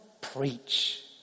preach